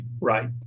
right